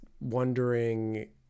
wondering